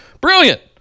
Brilliant